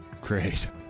Great